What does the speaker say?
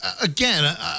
again